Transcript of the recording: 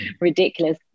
ridiculous